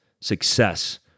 success